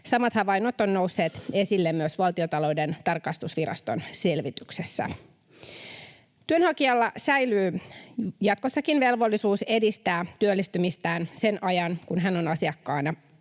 Samat havainnot ovat nousseet esille myös Valtiontalouden tarkastusviraston selvityksessä. Työnhakijalla säilyy jatkossakin velvollisuus edistää työllistymistään sen ajan, kun hän on asiakkaana